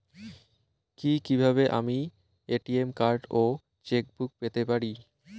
কি কিভাবে আমি এ.টি.এম কার্ড ও চেক বুক পেতে পারি?